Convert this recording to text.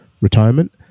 retirement